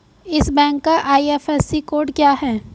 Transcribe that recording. इस बैंक का IFSC code क्या है?